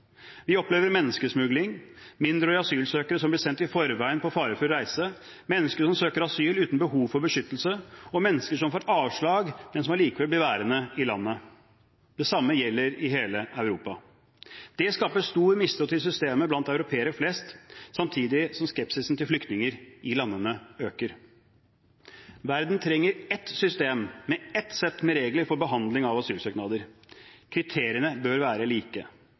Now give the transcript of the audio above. Vi opplever menneskesmugling, mindreårige asylsøkere som blir sendt i forveien på farefull reise, mennesker som søker asyl uten behov for beskyttelse, og mennesker som får avslag, men som allikevel blir værende i landet. Det samme gjelder i hele Europa. Det skaper stor mistro til systemet blant europeere flest, samtidig som skepsisen til flyktninger i landene øker. Verden trenger ett system, med ett sett med regler for behandling av asylsøknader. Kriteriene bør være like.